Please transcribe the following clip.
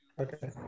Okay